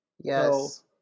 Yes